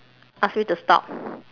ask me to stop